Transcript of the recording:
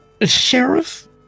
Sheriff